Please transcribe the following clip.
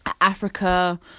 africa